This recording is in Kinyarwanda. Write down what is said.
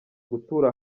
gutura